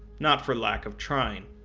not for lack of trying.